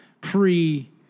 pre